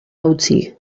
hautsi